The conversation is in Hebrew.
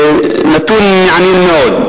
זה נתון מעניין מאוד,